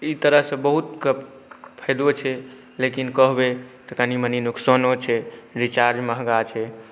ई तरहसँ बहुतके फाइदो छै लेकिन कहबै तऽ कनिमनी नोकसानो छै रिचार्ज महगा छै